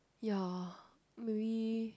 ya maybe